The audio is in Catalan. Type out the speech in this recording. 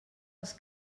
els